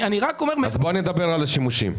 בוא נדבר על השימושים.